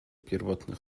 pierwotny